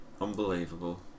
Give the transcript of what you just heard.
Unbelievable